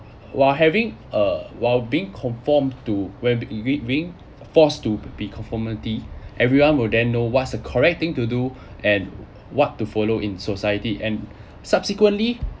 while having uh while being confirmed to when b~ ing~ being forced to be conformity everyone will then know what's the correct thing to do and what to follow in society and subsequently